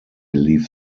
lief